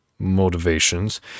motivations